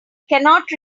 cannot